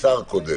שר קודם.